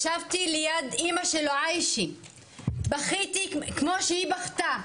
ישבתי ליד אימא שלו, עיישה, בכיתי כמו שהיא בכתה,